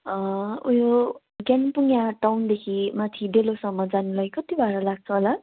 उयो कालिम्पोङ यहाँ टाउनदेखि माथि डेलोसम्म जानुलाई कति भाडा लाग्छ होला